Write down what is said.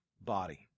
body